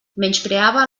menyspreava